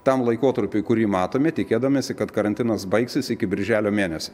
tam laikotarpiui kurį matome tikėdamiesi kad karantinas baigsis iki birželio mėnesio